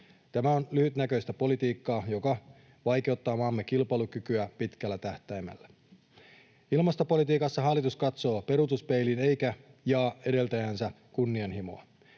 Tämä on lyhytnäköistä politiikkaa, joka vaikeuttaa maamme kilpailukykyä pitkällä tähtäimellä. Ilmastopolitiikassa hallitus katsoo peruutuspeiliin eikä jaa edeltäjänsä kunnianhimoa.